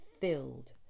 filled